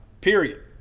Period